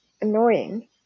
annoying